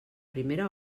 primera